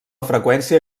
freqüència